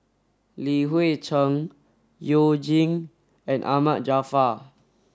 Li Hui Cheng You Jin and Ahmad Jaafar